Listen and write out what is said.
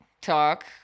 talk